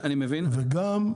וגם,